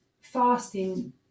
fasting